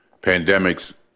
pandemics